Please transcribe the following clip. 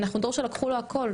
אנחנו דור שלקחו לו הכול.